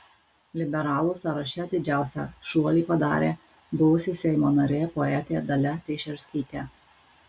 liberalų sąraše didžiausią šuolį padarė buvusi seimo narė poetė dalia teišerskytė